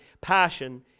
passion